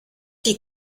die